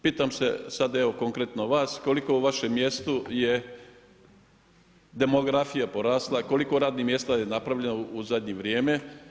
Pitam se sad evo konkretno vas, koliko u vašem mjestu je demografija porasla, koliko radnih mjesta je napravljeno u zadnje vrijeme?